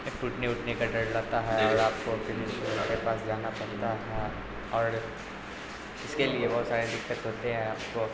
ٹوٹنے اوٹنے کا ڈر رہتا ہے اور آپ کو پھر اس کے پاس جانا پڑتا ہے اور اس کے لیے بہت سارے دقت ہوتے ہیں آپ کو